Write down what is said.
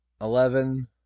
eleven